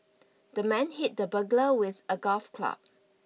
the man hit the burglar with a golf club